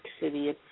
City